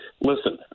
listen